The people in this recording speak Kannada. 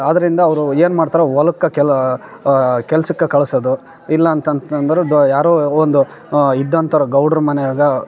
ಆದ್ರಿಂದ ಅವರು ಏನು ಮಾಡ್ತಾರೆ ಹೊಲುಕ್ಕ ಕೆಲ ಕೆಲ್ಸಕ್ಕೆ ಕಳಿಸೋದು ಇಲ್ಲಾಂತಂತಂದ್ರೆ ದೊ ಯಾರೋ ಒಂದು ಇದ್ದಂತೋರ ಗೌಡ್ರು ಮನೆಯಾಗ